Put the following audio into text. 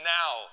now